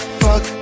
fuck